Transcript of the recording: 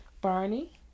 Barney